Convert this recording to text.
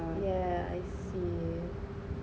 yeah I see